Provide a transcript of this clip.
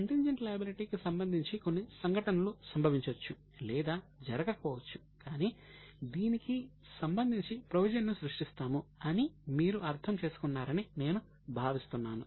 contingent liability కి సంబంధించి కొన్ని సంఘటనలు సంభవించవచ్చు లేదా జరగకపోవచ్చు కానీ దీనికి సంబంధించి ప్రొవిజన్ ను సృష్టిస్తాము అని మీరు అర్ధం చేసుకున్నారని నేను భావిస్తున్నాను